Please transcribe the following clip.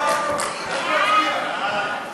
סעיפים 1 13